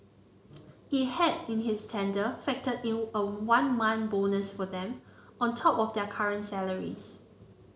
it had in its tender factor in a one month bonus for them on top of their current salaries